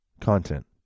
content